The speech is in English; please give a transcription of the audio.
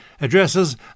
addresses